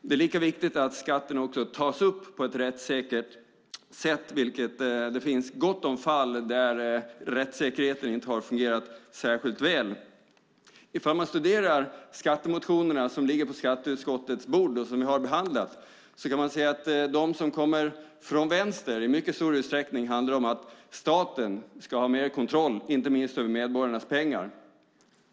Det är lika viktigt att skatten tas upp på ett rättssäkert sätt, och det finns gott om fall där rättssäkerheten inte har fungerat särskilt väl. Ifall man studerar skattemotionerna som ligger på skatteutskottets bord och som vi har behandlat kan man se att de som kommer från vänster i mycket stor utsträckning handlar om att staten ska ha mer kontroll, inte minst över medborgarnas pengar.